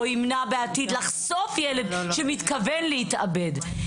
או ימנע בעתיד לחשוף ילד שמתכוון להתאבד,